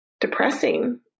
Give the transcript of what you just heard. depressing